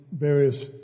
various